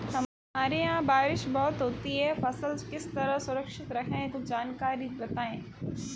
हमारे यहाँ बारिश बहुत होती है फसल किस तरह सुरक्षित रहे कुछ जानकारी बताएं?